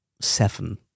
seven